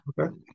okay